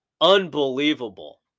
unbelievable